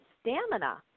stamina